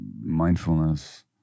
mindfulness